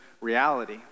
reality